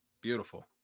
Beautiful